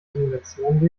simulation